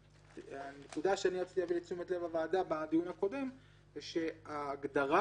הנקודה שרציתי להביא לתשומת לב הוועדה בדיון הקודם הייתה שההגדרה